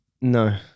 No